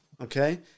okay